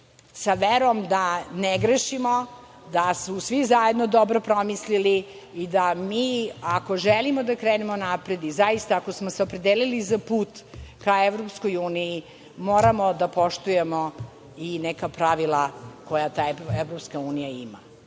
sa verom da ne grešimo, da su svi zaista dobro promislili i da mi, ako želimo da krenemo napred i zaista ako smo se opredelili za put ka Evropskoj uniji, moramo da poštujemo i neka pravila koja ta Evropska unija ima.